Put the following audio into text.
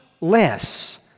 less